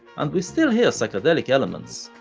and we still hear psychedelic elements,